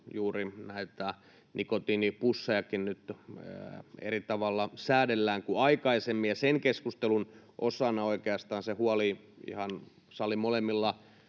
juuri näitä nikotiinipussejakin nyt eri tavalla säädellään kuin aikaisemmin, ja sen keskustelun osana oikeastaan huoli ihan salin molemmilla